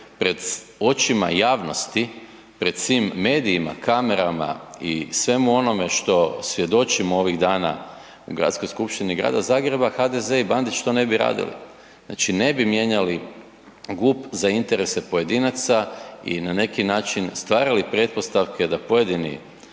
pred očima javnosti, pred svim medijima, kamerama i svemu onome što svjedočimo ovih dana u Gradskoj skupštini Grada Zagreba, HDZ i Bandić to ne bi radili, znači ne bi mijenjali GUP za interese pojedinaca i na neki način stvarali pretpostavke da pojedini